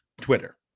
Twitter